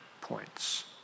points